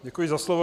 Děkuji za slovo.